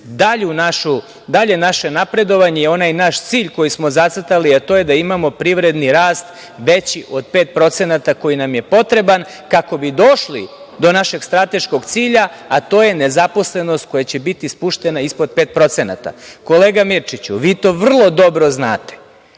dalje naše napredovanje i onaj naš cilj koji smo zacrtali, a to je da imamo privredni rast veći od 5% koji nam je potreban kako bi došli do našeg strateškog cilja, a to je nezaposlenost koja će biti spuštena ispod 5%.Kolega Mirčiću, vi to vrlo dobro znate.